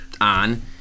on